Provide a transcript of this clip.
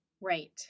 Right